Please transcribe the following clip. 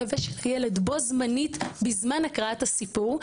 ושל הילד בו זמנית בזמן הקראת הסיפור.